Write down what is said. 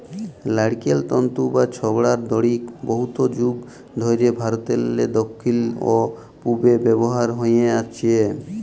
লাইড়কেল তল্তু বা ছবড়ার দড়ি বহুত যুগ ধইরে ভারতেরলে দখ্খিল অ পূবে ব্যাভার হঁয়ে আইসছে